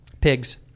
Pigs